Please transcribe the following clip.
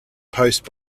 post